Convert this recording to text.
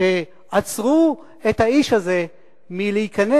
שעצרו את האיש הזה מלהיכנס,